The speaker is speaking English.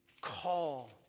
call